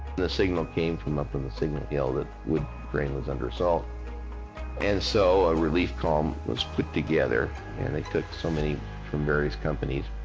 the signal came from up in the signal hill that wood train was under assault and so a relief column was put together and they took so many from various companies,